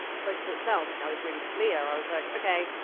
spoke for itself. i was really clear i was like, okay,